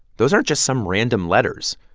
those aren't just some random letters.